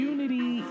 Unity